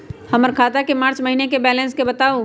हमर खाता के मार्च महीने के बैलेंस के बताऊ?